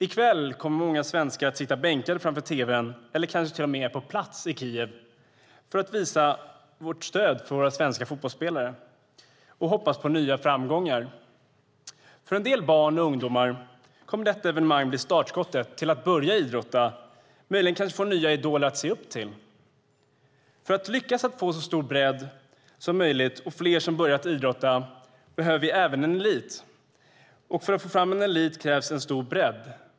I kväll kommer många svenskar att sitta bänkade framför tv:n eller kanske till och med är på plats i Kiev för att visa stöd för våra svenska fotbollsspelare och hoppas på nya framgångar. För en del barn och ungdomar kommer detta evenemang att bli startskottet till att börja idrotta, möjligen till att få nya idoler att se upp till. För att lyckas att få så stor bredd som möjligt och fler som börjar idrotta behöver vi även en elit, och för att få fram en elit krävs en stor bredd.